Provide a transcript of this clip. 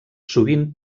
sovint